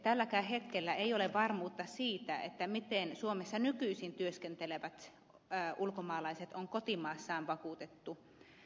tälläkään hetkellä ei ole varmuutta siitä miten suomessa nykyisin työskentelevät ulkomaalaiset on kotimaassaan vakuutettu